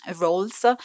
roles